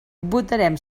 votarem